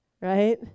right